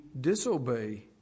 disobey